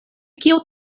kio